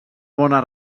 bona